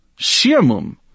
Shirmum